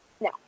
no